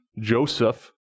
Joseph